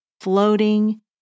floating